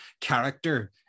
character